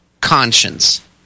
conscience